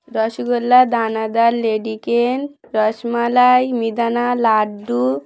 rasgulla danadar ledikeni rasmalai mihidana laddu